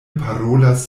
parolas